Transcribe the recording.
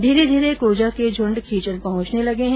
धीरे धीरे क्रजां के झूंड खीचन पहुंचने लगे हैं